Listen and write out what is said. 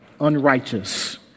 unrighteous